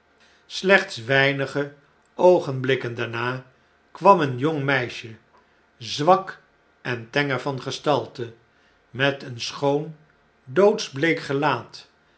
slechts weinige oogenblikken daarna kwam een jong meisje zwak en tenger van gestalte met een schoon doodsbleek gelaat